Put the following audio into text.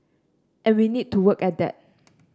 and we need to work at that